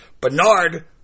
Bernard